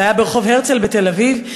זה היה ברחוב הרצל בתל-אביב,